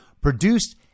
produced